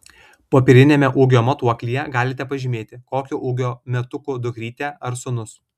popieriniame ūgio matuoklyje galite pažymėti kokio ūgio metukų dukrytė ar sūnus